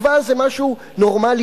תקווה זה משהו נורמלי,